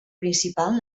principal